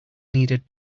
needed